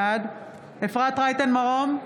בעד אפרת רייטן מרום,